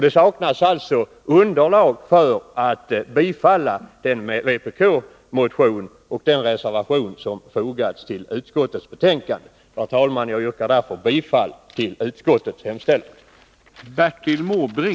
Det saknas alltså underlag för ett bifall till vpk-motionen och den reservation som fogats till utskottets betänkande. Jag yrkar därför bifall till utskottets hemställan.